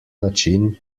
način